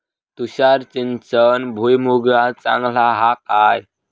तुषार सिंचन भुईमुगाक चांगला हा काय?